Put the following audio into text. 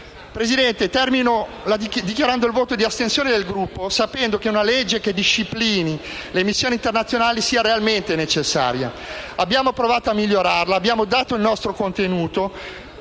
Presidente, termino dichiarando il voto di astensione del nostro Gruppo, sapendo che una legge che disciplini le missioni internazionali sia realmente necessaria. Abbiamo provato a migliorarla, abbiamo dato il nostro contributo